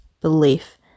belief